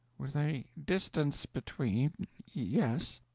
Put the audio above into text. with a distance between yes.